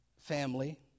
family